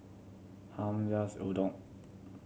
Hamp loves Udon